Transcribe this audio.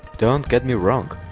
don't get me wrong,